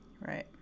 Right